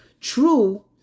true